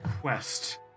quest